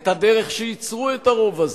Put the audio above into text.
את הדרך שייצרו את הרוב הזה.